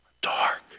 dark